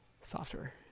Software